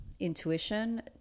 intuition